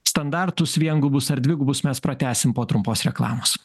standartus viengubus ar dvigubus mes pratęsim po trumpos reklamos